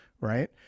right